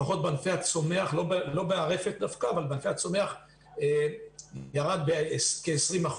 לפחות בענפי הצומח, ולא ברפת דווקא, ירד בכ-20%.